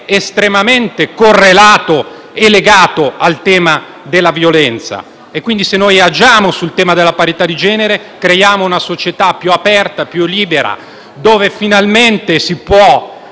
strettamente correlato e legato a quello della violenza. Quindi, se agiamo sul tema della parità di genere, creiamo una società più aperta e più libera, in cui finalmente si